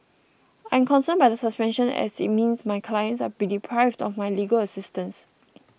I'm concerned by the suspension as it means my clients are deprived of my legal assistance